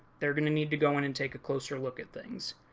they're going to need to go in, and take a closer look at things.